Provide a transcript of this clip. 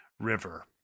River